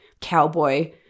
cowboy